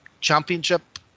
championship